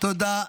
תודה רבה.